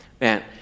Man